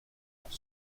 pour